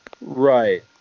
Right